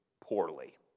poorly